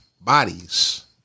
bodies